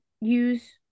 use